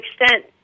extent